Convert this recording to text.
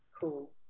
Cool